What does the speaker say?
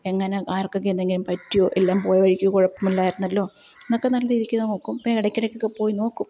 എങ്ങനെ ആർക്കെൊക്കെ എന്തെങ്കിലും പറ്റിയോ എല്ലാം പോയ വഴിക്ക് കുഴപ്പമില്ലായിരുന്നല്ലോ എന്നൊക്കെ നല്ല രീതിക്ക് നോക്കും പിന്നെ ഇടയ്ക്കിടയ്ക്കൊക്കെ പോയി നോക്കും